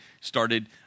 started